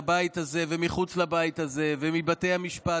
מהבית הזה, ומחוץ לבית הזה ומבתי המשפט.